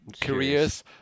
careers